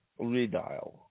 Redial